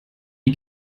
die